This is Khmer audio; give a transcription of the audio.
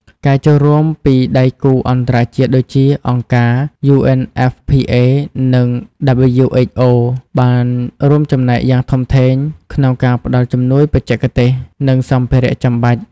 ការចូលរួមពីដៃគូអន្តរជាតិដូចជា អង្គការ UNFPA និង WHO បានរួមចំណែកយ៉ាងធំធេងក្នុងការផ្តល់ជំនួយបច្ចេកទេស និងសម្ភារៈចាំបាច់។